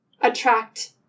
attract